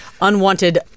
unwanted